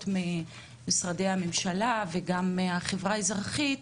ממשרדי הממשלה וגם מהחברה האזרחית,